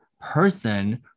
person